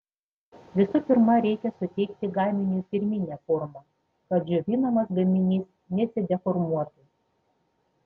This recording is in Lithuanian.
visų pirma reikia suteikti gaminiui pirminę formą kad džiovinamas gaminys nesideformuotų